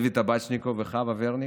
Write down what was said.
לוי טבצ'ניקוב וחוה ורניק,